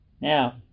Now